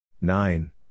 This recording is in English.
Nine